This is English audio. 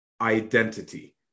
identity